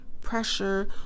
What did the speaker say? pressure